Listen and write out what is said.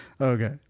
okay